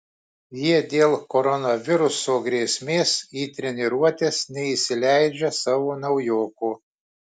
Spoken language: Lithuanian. jie dėl koronaviruso grėsmės į treniruotes neįsileidžia savo naujoko